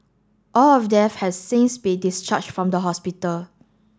all of them have since been discharged from the hospital